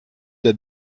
der